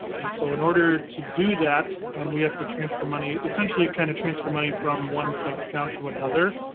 and so in order to do that we have to transfer money essentially kind of transfer money from one bank account to another.